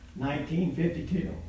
1952